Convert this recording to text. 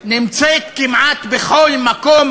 נמצאות כמעט בכל מקום